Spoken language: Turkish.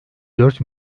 dört